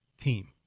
team